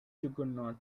juggernaut